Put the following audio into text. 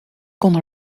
kon